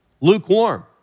lukewarm